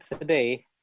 today